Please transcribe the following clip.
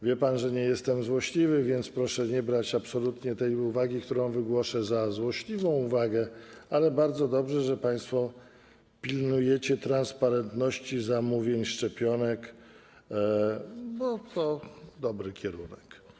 Wie pan, że nie jestem złośliwy, więc proszę nie brać absolutnie tej uwagi, którą wygłoszę, za złośliwą, ale bardzo dobrze, że państwo pilnujecie transparentności zamówień szczepionek, bo to dobry kierunek.